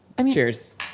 Cheers